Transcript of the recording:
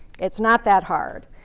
it's not that hard.